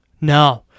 No